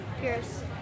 Pierce